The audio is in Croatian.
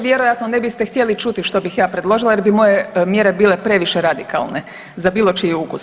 Vjerojatno ne biste htjeli čuti što bih ja predložila jer bi moje mjere bile previše radikalne za bilo čiji ukus.